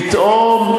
פתאום,